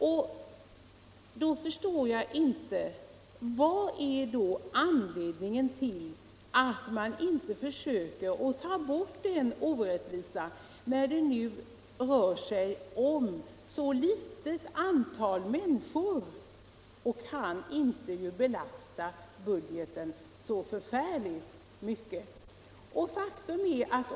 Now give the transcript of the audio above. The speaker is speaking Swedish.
Och då undrar jag vad anledningen kan vara till att man inte försöker ta bort den orättvisan, när det nu rör sig om ett så litet antal människor att det inte kan belasta budgeten så särskilt — Nr 43 mycket.